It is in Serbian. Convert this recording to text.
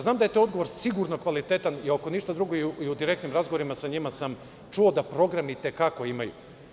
Znam da je to odgovor sigurno kvalitetan i ako ništa drugo i u direktnim razgovorima sa njima sam čuo da program i te kako imaju.